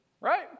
right